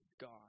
God